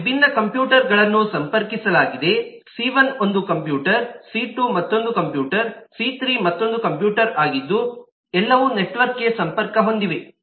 ಮತ್ತು ವಿಭಿನ್ನ ಕಂಪ್ಯೂಟರ್ಗಳನ್ನು ಸಂಪರ್ಕಿಸಲಾಗಿದೆ ಸಿ1 ಒಂದು ಕಂಪ್ಯೂಟರ್ ಸಿ2 ಮತ್ತೊಂದು ಕಂಪ್ಯೂಟರ್ ಸಿ3 ಮತ್ತೊಂದು ಕಂಪ್ಯೂಟರ್ ಆಗಿದ್ದು ಎಲ್ಲವೂ ನೆಟ್ವರ್ಕ್ಗೆ ಸಂಪರ್ಕ ಹೊಂದಿವೆ